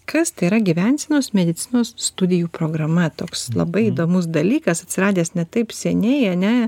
kas tai yra gyvensenos medicinos studijų programa toks labai įdomus dalykas atsiradęs ne taip seniai ane